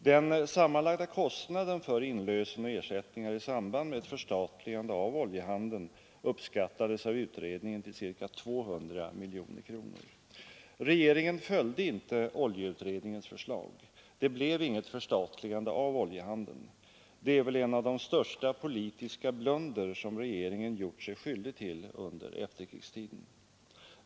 Den sammanlagda kostnaden för inlösen och ersättningar i samband med ett förstatligande av oljehandeln uppskattades av utredningen till ca 200 miljoner kronor. Regeringen följde inte oljeutredningens förslag. Det blev inget förstatligande av oljehandeln. Det är väl en av de största politiska blundrar som regeringen har gjort sig skyldig till under efterkrigstiden.